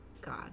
God